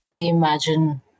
imagine